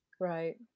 right